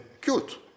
cute